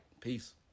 peace